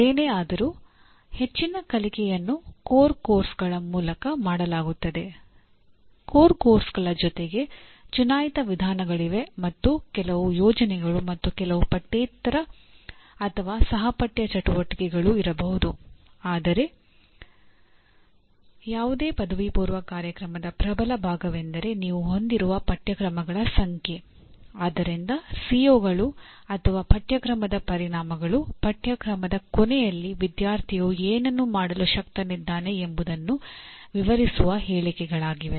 ಅದೇನೇ ಆದರೂ ಹೆಚ್ಚಿನ ಕಲಿಕೆಯನ್ನು ಕೋರ್ ಕೋರ್ಸ್ಗಳ ಅಥವಾ ಪಠ್ಯಕ್ರಮದ ಪರಿಣಾಮಗಳು ಪಠ್ಯಕ್ರಮದ ಕೊನೆಯಲ್ಲಿ ವಿದ್ಯಾರ್ಥಿಯು ಏನನ್ನು ಮಾಡಲು ಶಕ್ತನಿದ್ದಾನೆ ಎಂಬುದನ್ನು ವಿವರಿಸುವ ಹೇಳಿಕೆಗಳಾಗಿವೆ